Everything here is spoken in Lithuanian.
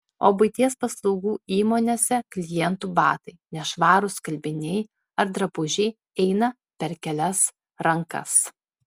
o buities paslaugų įmonėse klientų batai nešvarūs skalbiniai ar drabužiai eina per kelias rankas